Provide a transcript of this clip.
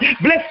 Bless